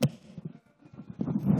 תודה